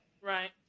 Right